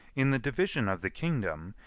in the division of the kingdom,